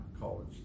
college